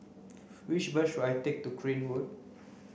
which bus should I take to Crane Road